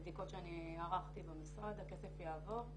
מבדיקות שאני ערכתי במשרד הכסף יעבור.